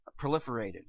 proliferated